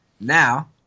Now